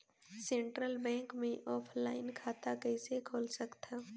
Central bank मे offline खाता कइसे खोल सकथव?